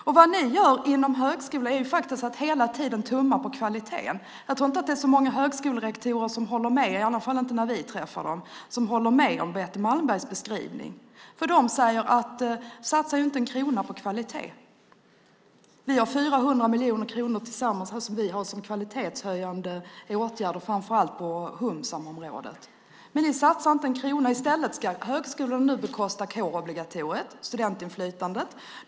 Det ni från alliansen gör inom högskolan är att hela tiden tumma på kvaliteten. Jag tror inte att det är så många högskolerektorer som håller med om Betty Malmbergs beskrivning, åtminstone inte när vi träffar dem, för de säger att det inte satsas en krona på kvalitet. Vi har 400 miljoner kronor tillsammans för kvalitetshöjande åtgärder, framför allt till humaniora och samhällsvetenskap, medan ni inte satsar en enda krona. I stället ska högskolorna nu bekosta kårobligatoriet, studentinflytandet.